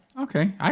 Okay